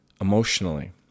Emotionally